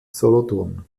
solothurn